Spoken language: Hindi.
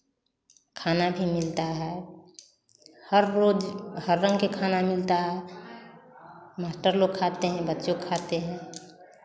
खाना भी मिलता है हर रोज़ हर रंग के खाना मिलता है मास्टर लोग कहते हैं बच्चे खाते हैं